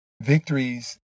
victories